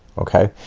okay,